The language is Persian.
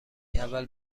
اول